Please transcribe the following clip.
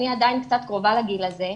אני עדיין קצת קרובה לגיל הזה,